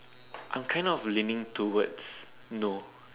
I'm kind of leaning towards no